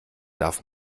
darf